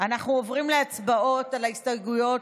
אנחנו עוברים להצבעות על ההסתייגויות